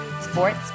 sports